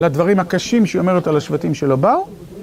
לדברים הקשים, שאומרת על השבטים של הבר.